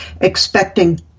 expecting